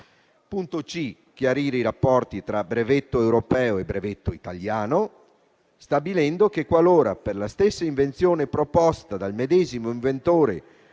di chiarire i rapporti tra brevetto europeo e brevetto italiano, stabilendo che, qualora per la stessa invenzione proposta dal medesimo inventore